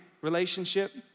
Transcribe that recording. relationship